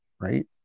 right